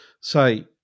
say